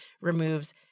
removes